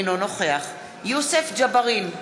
אינו נוכח יוסף ג'בארין,